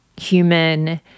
human